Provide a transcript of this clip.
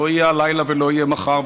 לא יהיה הלילה ולא יהיה מחר,